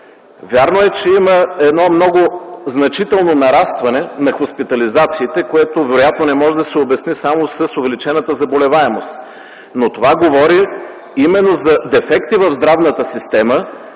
Вярно е, че има значително нарастване на хоспитализациите, което вероятно не може да се обясни само с увеличената заболеваемост, но това говори за дефекти в здравната система